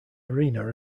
arena